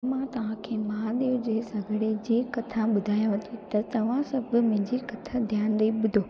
मां तव्हांखे महादेव जे सॻिड़े जी कथा ॿुधायांव थी त तव्हां सभु मुंहिंजी कथा ध्यानु ॾेई ॿुधो